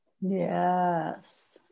Yes